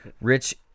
rich